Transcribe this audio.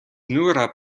nura